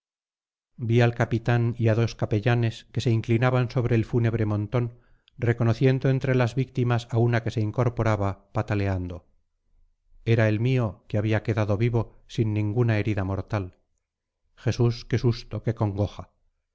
vi al capitán y a dos capellanes que se inclinaban sobre el fúnebre montón reconociendo entre las víctimas a una que se incorporaba pataleando era el mío que había quedado vivo sin ninguna herida mortal jesús qué susto qué congoja